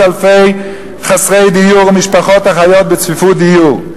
אלפי חסרי דיור ומשפחות החיות בצפיפות דיור.